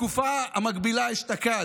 בתקופה המקבילה אשתקד,